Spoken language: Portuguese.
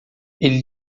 ele